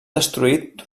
destruït